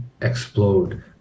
explode